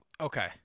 Okay